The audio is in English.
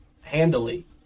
handily